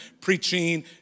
preaching